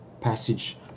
passage